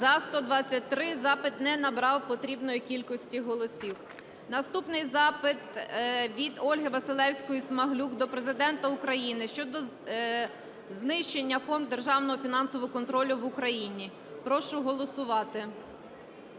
За-123 Запит не набрав потрібної кількості голосів. Наступний запит від Ольги Василевської-Смаглюк до Президента України щодо знищення фонду державного фінансового контролю в Україні. Прошу голосувати.